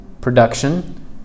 production